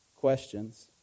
questions